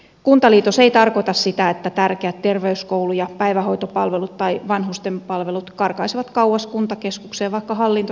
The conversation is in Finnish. kuntaliitos ei tarkoita sitä että tärkeät ter veys koulu ja päivähoitopalvelut tai vanhusten palvelut karkaisivat kauas kuntakeskukseen vaikka hallinto sinne vietäisiinkin